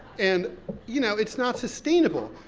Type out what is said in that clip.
and you know, it's not sustainable.